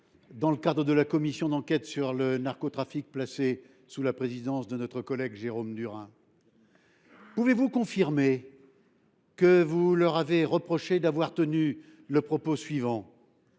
dans le cadre de la commission d’enquête sur le narcotrafic, placée sous la présidence de notre collègue Jérôme Durain ? Pouvez vous confirmer que vous leur avez reproché d’avoir tenu le propos suivant :